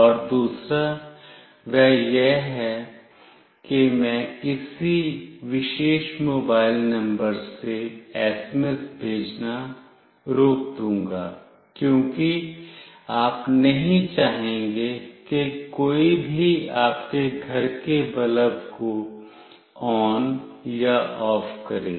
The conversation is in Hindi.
और दूसरा वह यह है कि मैं किसी विशेष मोबाइल नंबर से एसएमएस भेजना रोक दूंगा क्योंकि आप नहीं चाहेंगे कि कोई भी आपके घर के बल्ब को ONOFF करे